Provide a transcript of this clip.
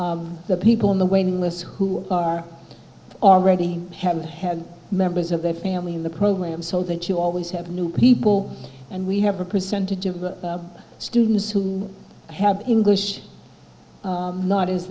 of the people on the waiting lists who are already have had members of their family in the program so that you always have new people and we have a percentage of students who have english not